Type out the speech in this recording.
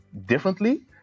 differently